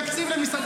תקציב למשרד,